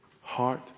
heart